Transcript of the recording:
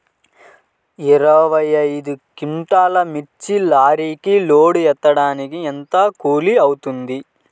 ఇరవై ఐదు క్వింటాల్లు మిర్చి లారీకి లోడ్ ఎత్తడానికి ఎంత కూలి అవుతుంది?